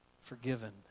forgiven